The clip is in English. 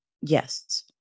Yes